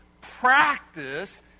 practice